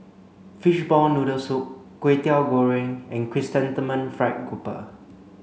fishball noodle soup Kwetiau Goreng and chrysanthemum fried grouper